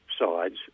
sides